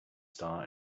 star